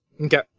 Okay